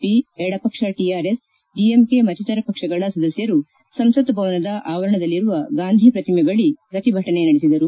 P ಎಡಪಕ್ಷ TRS DMK ಮತ್ತಿತರ ಪಕ್ಷಗಳ ಸದಸ್ನರು ಸಂಸತ್ ಭವನದ ಆವರಣದಲ್ಲಿರುವ ಗಾಂಧಿ ಪ್ರತಿಮೆ ಬಳಿ ಪ್ರತಿಭಟನೆ ನಡೆಬದರು